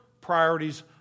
priorities